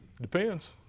Depends